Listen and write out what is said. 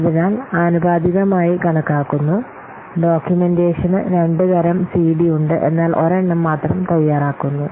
അതിനാൽ ആനുപാതികമായി കണക്കാക്കുന്നു ഡോക്യുമെന്റേഷന് രണ്ട് തരം സിഡി ഉണ്ട് എന്നാൽ ഒരെണ്ണം മാത്രം തയ്യാറാക്കുന്നു